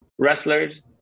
wrestlers